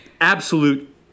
absolute